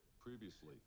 Previously